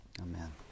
Amen